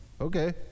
Okay